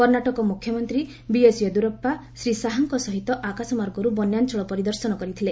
କର୍ଷାଟକ ମୁଖ୍ୟମନ୍ତ୍ରୀ ବିଏସ ୟଦୁରପ୍ପା ଶ୍ରୀ ଶାହାଙ୍କ ସହିତ ଆକାଶମାର୍ଗରୁ ବନ୍ୟାଞ୍ଚଳ ପରିଦର୍ଶନ କରିଥିଲେ